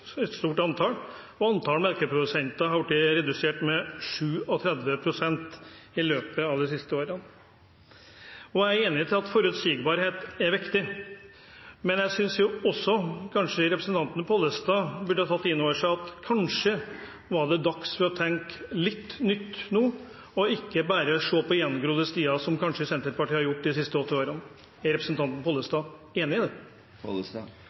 et personlig nederlag. Dette sa Terje Riis-Johansen. Han var den første i føljetongen av landbruksministre fra Senterpartiet. Nedleggelser av gårdsbruk har eskalert, årsverk har blitt borte i stort antall, og antallet melkeprodusenter har blitt redusert med 37 pst. i løpet av de siste årene. Jeg er enig i at forutsigbarhet er viktig, men jeg synes kanskje også representanten Pollestad burde tatt inn over seg at kanskje var det tid for å tenke litt nytt nå, og ikke bare se på gjengrodde stier, som Senterpartiet kanskje